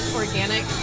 organic